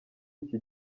iki